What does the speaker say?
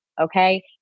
okay